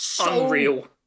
Unreal